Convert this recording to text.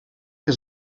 que